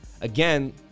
Again